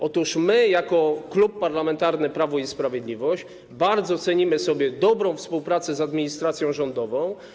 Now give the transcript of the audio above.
Otóż my jako Klub Parlamentarny Prawo i Sprawiedliwość bardzo cenimy sobie dobrą współpracę z administracją rządową.